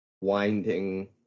winding